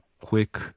quick